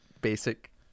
Basic